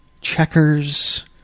Checkers